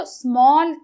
small